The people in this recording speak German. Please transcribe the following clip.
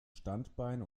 standbein